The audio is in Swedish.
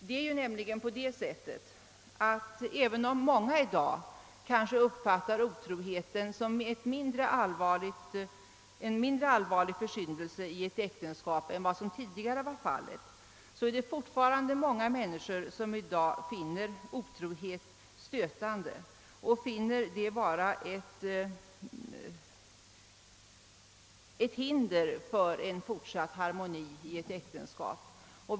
Det är nämligen på det sättet att även om många i dag kanske uppfattar otrohet som en mindre allvarlig försyndelse i ett äktenskap än vad som tidigare var fallet, finner många människor fortfarande otrohet stötande och anser den vara ett hinder för fortsatt harmoni i äktenskapet.